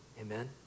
Amen